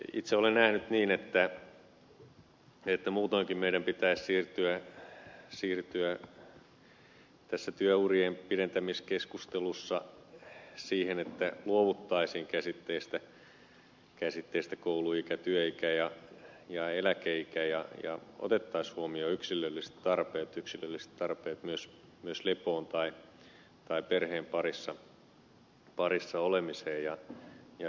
itse olen nähnyt niin että muutoinkin meidän pitäisi siirtyä tässä työurien pidentämiskeskustelussa siihen että luovuttaisiin käsitteistä kouluikä työikä ja eläkeikä ja otettaisiin huomioon yksilölliset tarpeet yksilölliset tarpeet myös lepoon tai perheen parissa olemiseen